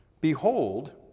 behold